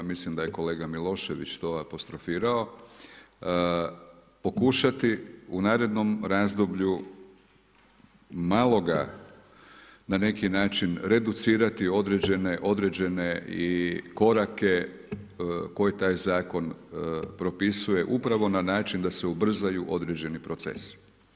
Mislim da je kolega Milošević to apostrofirao pokušati u narednom razdoblju malo ga na neki način reducirati određene i korake koje taj zakon propisuje upravo na način da se ubrzaju određeni procesi.